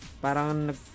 parang